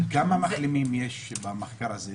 כמה מחלימים יש במחקר הזה,